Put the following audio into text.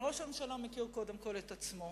ראש הממשלה מכיר קודם כול את עצמו,